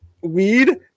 weed